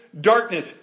darkness